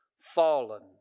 fallen